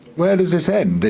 where does this end?